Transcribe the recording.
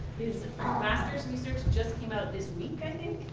his master's and research and just came out this week, and and